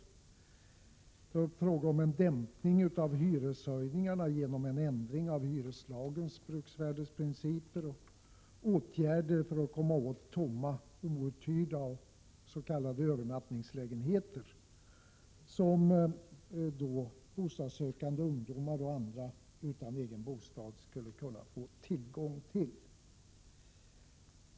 Vi tar upp frågan om en dämpning av hyreshöjningarna genom en ändring av hyreslagens bruksvärdesprinciper och åtgärder för att komma åt tomma, outhyrda lägenheter och s.k. övernattningslägenheter, som bostadssökande ungdomar och andra utan egen bostad skulle kunna få tillgång till.